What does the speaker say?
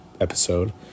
episode